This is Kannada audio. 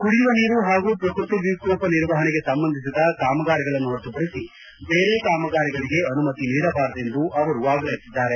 ಕುಡಿಯುವ ನೀರು ಹಾಗೂ ಪ್ರಕೃತಿ ವಿಕೋಪ ನಿರ್ವಹಣೆಗೆ ಸಂಬಂಧಿಸಿದ ಕಾಮಗಾರಿಗಳನ್ನು ಹೊರತುಪಡಿಸಿ ಬೇರೆ ಕಾಮಗಾರಿಗಳಗೆ ಅನುಮತಿ ನೀಡಬಾರದೆಂದು ಆಗ್ರಹಿಸಿದ್ಗಾರೆ